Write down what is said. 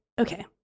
okay